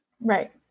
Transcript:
Right